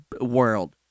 world